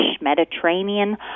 Mediterranean